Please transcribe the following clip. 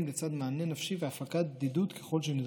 לצד מענה נפשי והפגת בדידות ככל שנדרש.